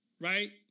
right